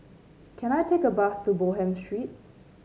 can I take a bus to Bonham Street